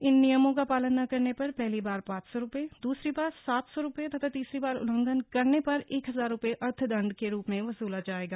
इन नियमों का पालन न करने पर पहली बार पांच सौ रुपए दूसरी बार सात सौ रुपए तथा तीसरी बार उल्लंघन करने परएक हजार रुपए अर्थदंड के रूप में वसूला जाएगा